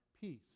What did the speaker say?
peace